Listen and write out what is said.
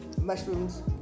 mushrooms